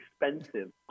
expensive